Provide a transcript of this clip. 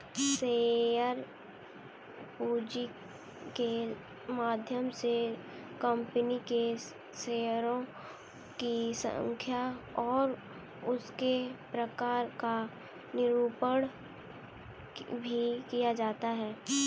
share पूंजी के माध्यम से कंपनी के शेयरों की संख्या और उसके प्रकार का निरूपण भी किया जाता है